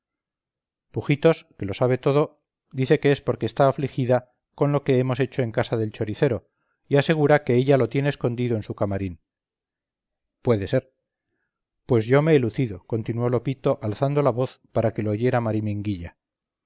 pujitos que lo sabe todo dice que es porque está afligida con lo que hemos hecho en casa del choricero y asegura que ella lo tiene escondido en su camarín puede ser pues yo me he lucido continuó lopito alzando la voz para que lo oyera